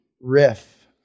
riff